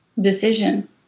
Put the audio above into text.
decision